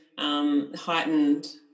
Heightened